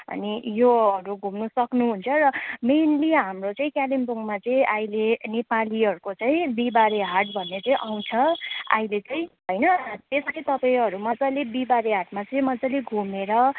अनि योहरू घुम्नु सक्नुहुन्छ र मेन्ली हाम्रो चाहिँ कालिम्पोङमा चाहिँ अहिले नेपालीहरूको चाहिँ बिहिबारे हाट भन्ने चाहिँ आउँछ अहिले चाहिँ होइन त्यसरी तपाईँहरू मजाले बिहिबारे हाटमा चाहिँ मजाले घुमेर